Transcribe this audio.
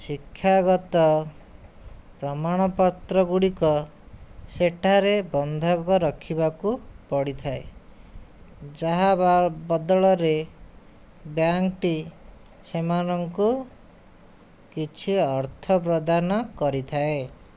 ଶିକ୍ଷାଗତ ପ୍ରମାଣପତ୍ରଗୁଡ଼ିକ ସେଠାରେ ବନ୍ଧକ ରଖିବାକୁ ପଡ଼ିଥାଏ ଯାହା ବ ବଦଳରେ ବ୍ୟାଙ୍କଟି ସେମାନଙ୍କୁ କିଛି ଅର୍ଥ ପ୍ରଦାନ କରିଥାଏ